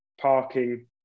parking